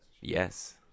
Yes